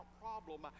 problem